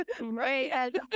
Right